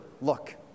look